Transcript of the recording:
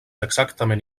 exactament